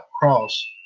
Cross